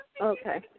Okay